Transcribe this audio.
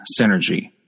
synergy